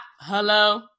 Hello